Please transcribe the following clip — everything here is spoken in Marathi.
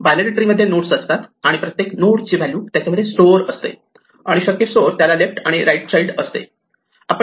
बायनरी ट्री मध्ये नोड्स असतात आणि प्रत्येक नोड ची व्हॅल्यू त्याच्यामध्ये स्टोअर केलेली असते आणि शक्यतोवर त्याला लेफ्ट आणि राईट चाईल्ड असते